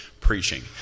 preaching